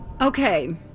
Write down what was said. Okay